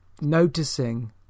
noticing